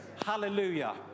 Hallelujah